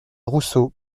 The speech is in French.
rousseau